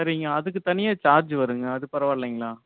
சரிங்க அதுக்கு தனியாக சார்ஜ் வருங்க அது பரவாயில்லைங்களா